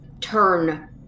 turn